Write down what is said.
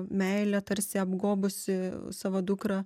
meile tarsi apgobusi savo dukrą